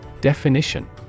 Definition